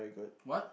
what